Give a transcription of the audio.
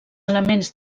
elements